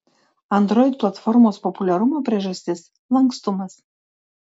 android platformos populiarumo priežastis lankstumas